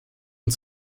und